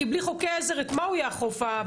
כי בלי חוקי עזר מה יאכוף הפקח?